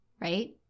right